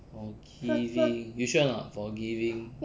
forgiving you sure or not forgiving